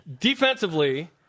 Defensively